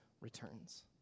returns